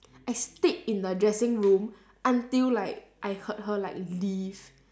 I stayed in the dressing room until like I heard her like leave